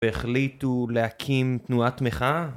והחליטו להקים תנועה מחאה?